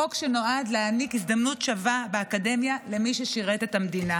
חוק שנועד להעניק הזדמנות שווה באקדמיה למי ששירת את המדינה